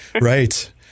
Right